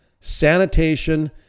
sanitation